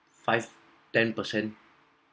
five ten percent